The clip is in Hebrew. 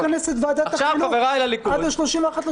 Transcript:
זה כמו שאתה מכנס ועדת החינוך עד ה-31 באוגוסט.